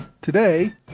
Today